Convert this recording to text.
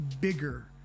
bigger